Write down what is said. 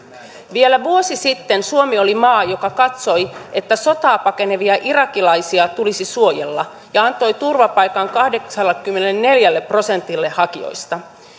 vielä vuosi sitten suomi oli maa joka katsoi että sotaa pakenevia irakilaisia tulisi suojella ja antoi turvapaikan kahdeksallekymmenelleneljälle prosentille hakijoista